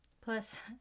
Plus